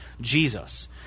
Jesus